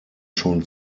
schon